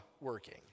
working